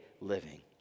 living